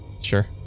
Sure